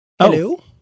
hello